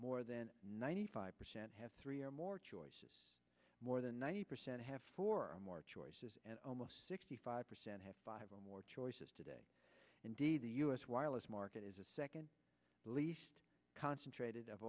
more than ninety five percent have three or more choices more than ninety percent have four more choices and almost sixty five percent have five or more choices today indeed the u s wireless market is a second least concentrated of